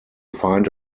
find